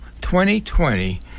2020